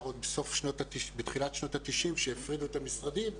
עוד בתחילת שנות ה-90' כשהפרידו את המשרדים,